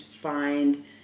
find